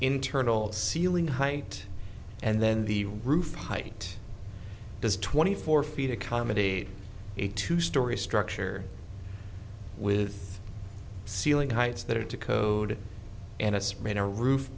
internal ceiling height and then the roof height is twenty four feet accommodate a two story structure with ceiling heights that are to code and its main or roof